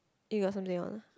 you got something on